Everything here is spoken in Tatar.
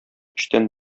өчтән